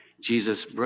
Jesus